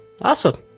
Awesome